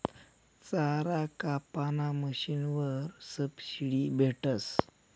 चारा कापाना मशीनवर सबशीडी भेटस